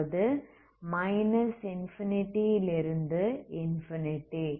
அதாவது minus infinity ல் இருந்து இன்ஃபினிட்டி